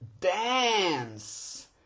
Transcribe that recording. dance